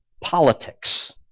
politics